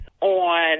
on